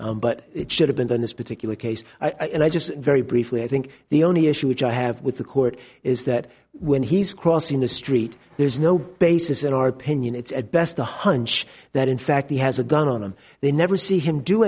done but it should have been than this particular case i just very briefly i think the only issue which i have with the court is that when he's crossing the street there's no basis in our opinion it's at best a hunch that in fact he has a gun on him they never see him do